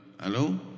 Hello